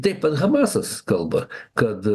taip pat hamasas kalba kad